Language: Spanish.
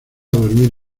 dormir